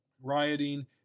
rioting